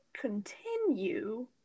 continue